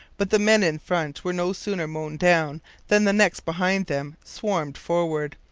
but the men in front were no sooner mown down than the next behind them swarmed forward.